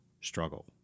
struggle